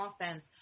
offense